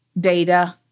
data